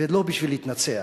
ולא בשביל להתנצח: